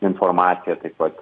informacija taip pat